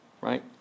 right